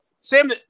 Sam